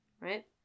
Right